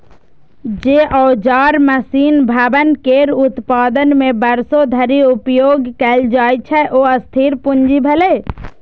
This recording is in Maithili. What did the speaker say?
जे औजार, मशीन, भवन केर उत्पादन मे वर्षों धरि उपयोग कैल जाइ छै, ओ स्थिर पूंजी भेलै